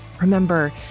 Remember